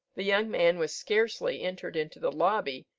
the young man was scarcely entered into the lobby,